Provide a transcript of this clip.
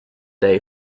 day